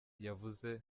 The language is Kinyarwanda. yavuze